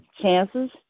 chances